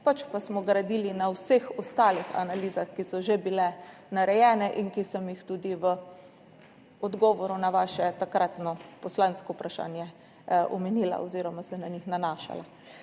pač pa smo gradili na vseh ostalih analizah, ki so že bile narejene in ki sem jih tudi v odgovoru na vaše takratno poslansko vprašanje omenila oziroma se na njih nanašala.